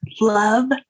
Love